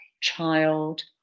child